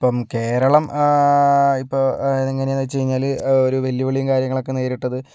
ഇപ്പം കേരളം ഇപ്പോൾ എങ്ങനെയെന്ന് വെച്ച് കഴിഞ്ഞാൽ ഒരു വെല്ലുവിളിയും കാര്യങ്ങളൊക്കെ നേരിട്ടത്